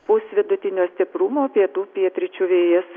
pūs vidutinio stiprumo pietų pietryčių vėjas